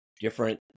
different